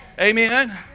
Amen